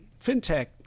fintech